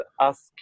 Ask